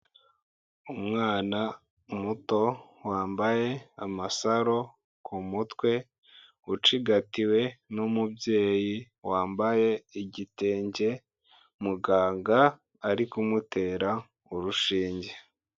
Umwana muto wambaye amasaro ku mutwe ucigatiwe n'umubyeyi wambaye igitenge, muganga ari kumutera urushinge.